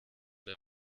der